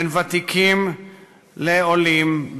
בין ותיקים לעולים,